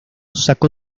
sacó